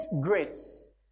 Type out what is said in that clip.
grace